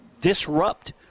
disrupt